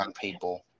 people